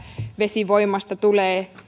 vesivoimasta tulee